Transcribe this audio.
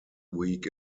week